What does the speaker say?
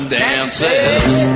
dances